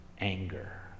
anger